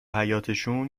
حیاطشون